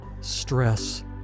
stress